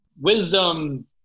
wisdom